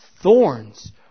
Thorns